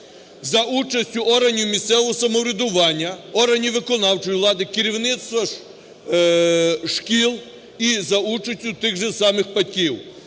за участю органів місцевого самоврядування, органів виконавчої влади, керівництва шкіл і за участю тих же самих батьків,